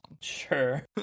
sure